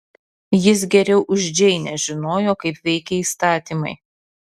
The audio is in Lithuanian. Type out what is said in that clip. jis geriau už džeinę žinojo kaip veikia įstatymai